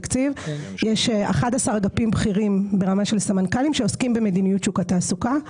יש 11 אגפים בכירים ברמה של סמנכ"לים שעוסקים במדיניות שוק התעסוקה.